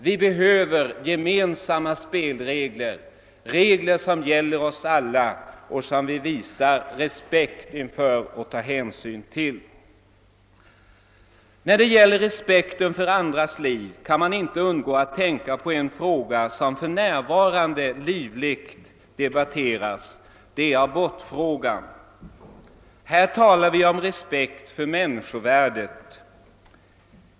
Vi behöver gemensamma spelregler som gäller oss alla och som vi visar respekt inför. När det gäller respekt för andras liv kan man inte undgå att tänka på en fråga som för närvarande livligt debatteras: abortfrågan. Här talar jag om respekt för människovärdet.